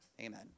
amen